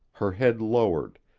her head lowered,